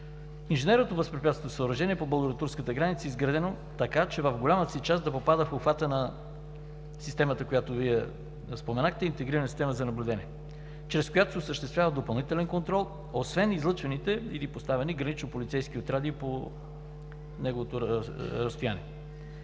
Инженерното възпрепятстващо съоръжение по българо турската граница е изградено така, че в голямата си част да попада в обхвата на системата, която Вие споменахте – интегрирана система за наблюдение, чрез която се осъществява допълнителен контрол, освен излъчваните или поставени гранично-полицейски отряди по неговото разстояние.